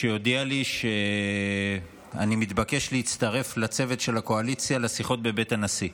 והוא הודיע לי שאני מתבקש להצטרף לצוות של הקואליציה לשיחות בבית הנשיא.